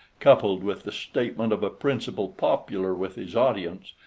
coupled with the statement of a principle popular with his audience,